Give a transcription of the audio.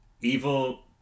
evil